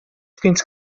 fins